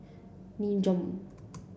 Nin Jiom